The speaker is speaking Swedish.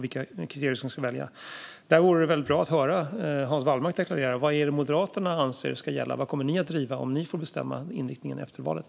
Därför vore det bra att höra Hans Wallmark deklarera vad Moderaterna anser ska gälla. Vad kommer ni att driva om ni får bestämma inriktningen efter valet?